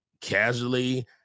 casually